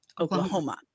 Oklahoma